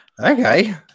okay